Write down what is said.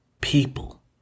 people